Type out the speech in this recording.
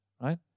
right